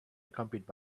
accompanied